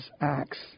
acts